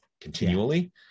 continually